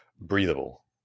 breathable